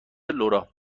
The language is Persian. لورا